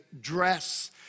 dress